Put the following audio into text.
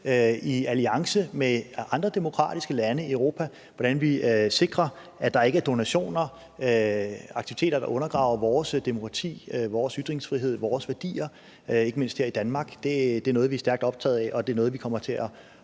i alliance med andre demokratiske lande i Europa, i forhold til hvordan vi sikrer, at der ikke er donationer, altså aktiviteter, der undergraver vores demokrati, vores ytringsfrihed, vores værdier – ikke mindst her i Danmark. Det er noget, vi er stærkt optagede af, og det er noget, vi løbende kommer til at